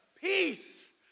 peace